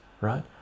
right